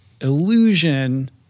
illusion